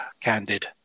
candid